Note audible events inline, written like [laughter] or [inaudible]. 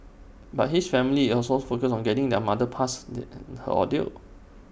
but his family is also focused on getting their mother past [hesitation] her ordeal